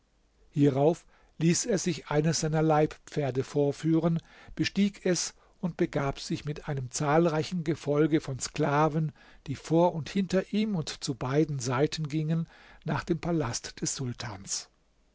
hierauf ließ er sich eines seiner leibpferde vorführen bestieg es und begab sich mit einem zahlreichen gefolge von sklaven die vor und hinter ihm und zu beiden seiten gingen nach dem palast des sultans